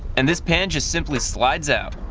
and this pan just simply slides out.